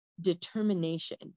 determination